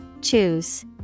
Choose